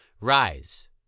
Rise